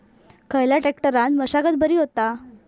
खयल्या ट्रॅक्टरान मशागत बरी होता?